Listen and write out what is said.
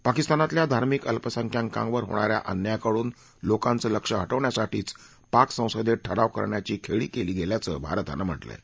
पाकिस्तानातल्या धार्मिक अल्पसंख्यांकावर होणाऱ्या अन्यायाकडून लोकांचं लक्ष हटवण्यासाठी पाक संसदेत ठराव करण्याची खेळी केली गेल्याचं भारतानं म्हटलंय